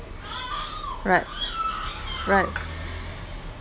right right